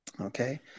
Okay